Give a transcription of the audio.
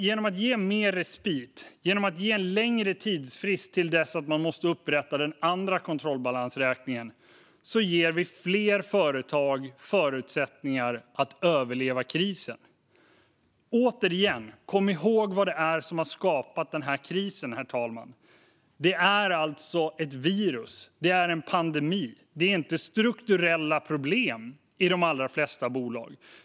Genom att ge mer respit och ge en längre tidsfrist till dess att man måste upprätta den andra kontrollbalansräkningen ger vi fler företag förutsättningar att överleva krisen. Återigen, herr talman: Kom ihåg vad det är som har skapat krisen! Det är ett virus. Det är en pandemi. I de allra flesta bolag finns det inte strukturella problem.